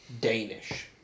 Danish